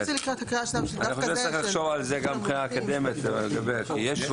עושים חוק חדש לפרמדיקים עם התאמות מסוימות מתוך חוק הסדרת